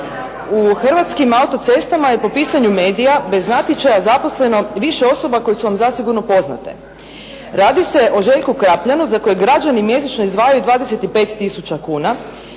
u Hrvatskim autocestama je, po pisanju medija, bez natječaja zaposleno više osoba koje su vam zasigurno poznate. Radi se o Željku Krapljanu za kojeg građani mjesečno izdvajaju 25 tisuća